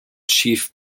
chief